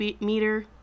meter